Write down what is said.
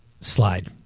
slide